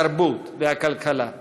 התרבות והכלכלה.